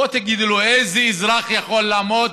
בואו תגידו לי איזה אזרח יכול לעמוד